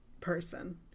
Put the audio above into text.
person